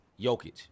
Jokic